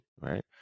right